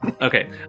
Okay